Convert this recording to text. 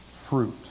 fruit